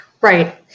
Right